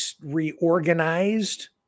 reorganized